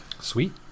Sweet